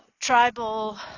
tribal